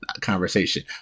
conversation